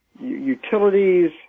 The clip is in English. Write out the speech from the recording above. utilities